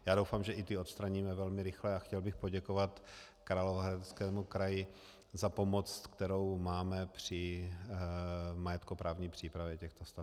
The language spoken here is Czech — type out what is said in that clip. Já doufám, že i ty odstraníme velmi rychle, a chtěl bych poděkovat Královéhradeckému kraji za pomoc, kterou máme při majetkoprávní přípravě těchto staveb.